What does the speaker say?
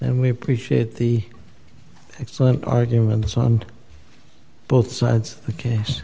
and we appreciate the excellent arguments on both sides the case